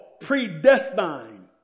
predestined